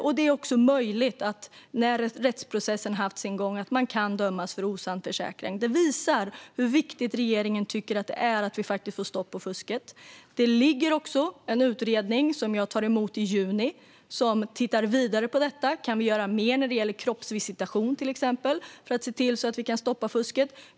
Du kan också, när rättsprocessen haft sin gång, dömas för osann försäkran. Det visar hur viktigt regeringen tycker att det är att vi får stopp på fusket. Det sitter också en utredning, vars betänkande jag tar emot i juni, som tittar vidare på detta. Kan vi till exempel göra mer när det gäller kroppsvisitation för att stoppa fusket?